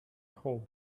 hall